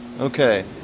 Okay